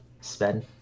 spend